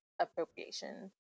appropriation